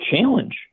challenge